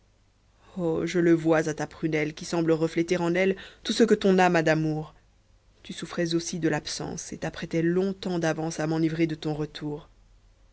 oh je le vois à ta prunelle qui semble refléter en elle tout ce que ton âme a d'amour tu souffrais aussi de l'absence et t'apprêtais longtemps d'avance a m'enivrer de ton retour